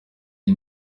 iyi